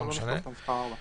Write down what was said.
לא נכתוב את השעה 16:00. בסדר.